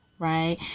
Right